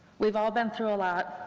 we've all been through a lot,